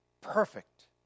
perfect